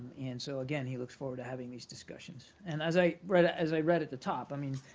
and so, again, he looks forward to having these discussions. and as i read as i read at the top, i mean,